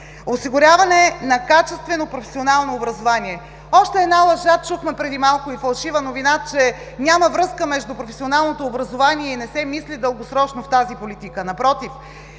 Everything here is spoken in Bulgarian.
Осигуряване на качествено професионално образование. Още една лъжа чухме преди малко – фалшива новина, че няма връзка между професионалното образование и не се мисли дългосрочно в тази политика. Напротив,